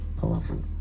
powerful